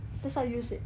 mm no